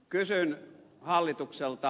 kysyn hallitukselta